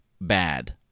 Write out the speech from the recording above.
bad